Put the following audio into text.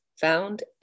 found